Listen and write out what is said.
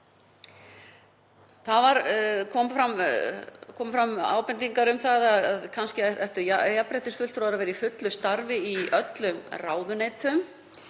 Þá komu fram ábendingar um að kannski ættu jafnréttisfulltrúar að vera í fullu starfi í öllum ráðuneytum